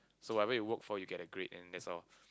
so I wait work for you get a grade and that's all